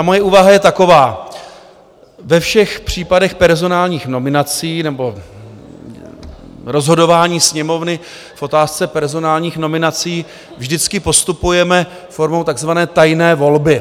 Moje úvaha je taková: ve všech případech personálních nominací nebo rozhodování Sněmovny v otázce personálních nominací vždycky postupujeme formou takzvané tajné volby.